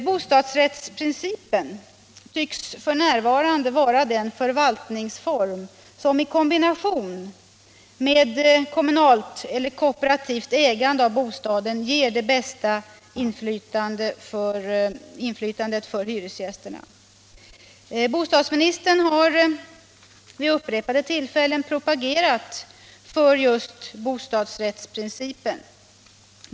Bostadsrättsprincipen tycks f. n. vara den förvaltningsform som i kombination med kommunalt eller kooperativt ägande av bostaden ger det bästa inflytandet för hyresgästerna. Bostadsministern har vid upprepade tillfällen propagerat för just bostadsrättsprincipen.